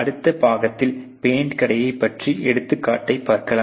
அடுத்த பாகத்தில் பெயிண்ட் கடையை பற்றிய எடுத்துக்காட்டை பார்க்கலாம்